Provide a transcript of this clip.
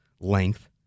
length